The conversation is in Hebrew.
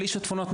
בלי שיטפונות,